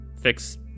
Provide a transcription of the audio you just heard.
fix